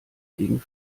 gegen